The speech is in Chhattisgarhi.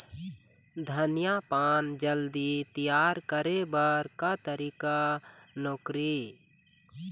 धनिया पान जल्दी तियार करे बर का तरीका नोकरी?